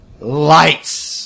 lights